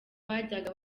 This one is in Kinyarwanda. bajyaga